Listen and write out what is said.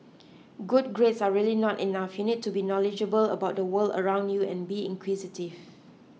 good grades are really not enough you need to be knowledgeable about the world around you and be inquisitive